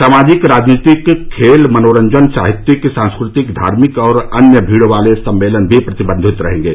सामाजिक राजनीतिक खेल मनोरंजन साहित्यिक सांस्कृतिक धार्मिक और अन्य भीड़ वाले सम्मेलन भी प्रतिबंधित होंगे